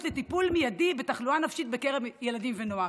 לטיפול מיידי בתחלואה נפשית בקרב ילדים ונוער.